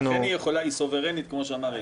לכן היא סוברנית, כמו שאמר איתן.